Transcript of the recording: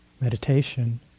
meditation